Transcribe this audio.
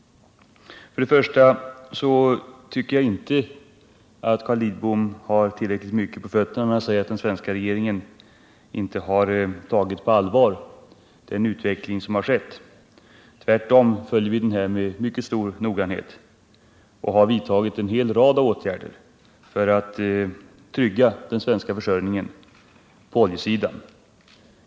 Först och främst tycker jag inte att Carl Lidbom har tillräckligt mycket på fötterna när han säger att den svenska regeringen inte tagit på allvar den utveckling som skett. Tvärtom följer vi utvecklingen med mycket stor noggrannhet och vi har vidtagit en hel rad åtgärder för att trygga den svenska försörjningen på oljesidan.